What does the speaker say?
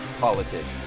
politics